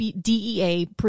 dea